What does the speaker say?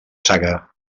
zaga